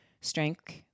strength